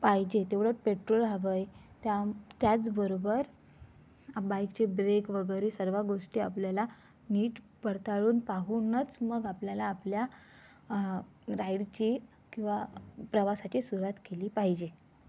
पाहिजे तेवढं पेट्रोल हवं आहे त्याम् त्याचबरोबर बाईकचे ब्रेक वगैरे सर्व गोष्टी आपल्याला नीट पडताळून पाहूनच मग आपल्याला आपल्या राईडची किंवा प्रवासाची सुरुवात केली पाहिजे